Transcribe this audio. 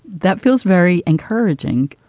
that feels very encouraging.